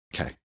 Okay